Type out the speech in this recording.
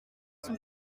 sont